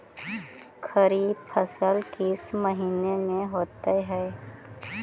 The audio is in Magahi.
खरिफ फसल किस महीने में होते हैं?